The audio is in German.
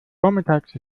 vormittags